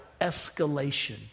escalation